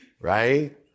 right